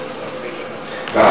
את